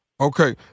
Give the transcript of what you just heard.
Okay